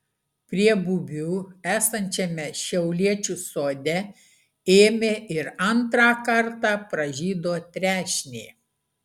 prie bubių esančiame šiauliečių sode ėmė ir antrą kartą pražydo trešnė